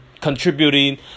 contributing